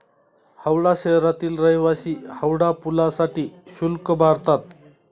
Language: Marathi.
हावडा शहरातील रहिवासी हावडा पुलासाठी शुल्क भरतात